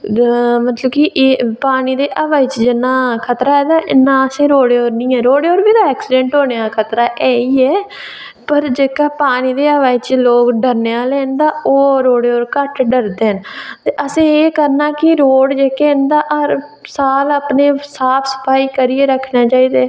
मतलब कि एह् पानी ते हवा बिच्च जिन्ना खतरा ऐ ते इन्ना असेंगी रोड़ै पर निं ऐ रोड़ै पर ते बी ऐक्सीडेंट बने दा खतरा ऐ ई ऐ ते पर जेह्का पानी ते हवा च लोक डरने आह्ले न तां ओह् रोड़ै पर घट्ट डरदे न ते असें एह् करना कि रोड़ जेह्के हैन शैल अपने साफ सफाई करियै रक्खना चाहिदी ऐ